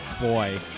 boy